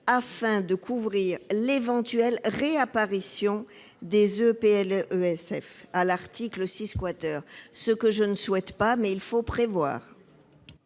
afin de couvrir l'éventuelle réapparition des EPLESF à l'article 6 . Je ne le souhaite pas, mais il faut bien